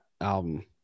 album